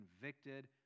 convicted